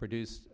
produced